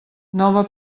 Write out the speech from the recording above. nova